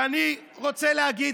ואני רוצה להגיד,